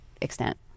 extent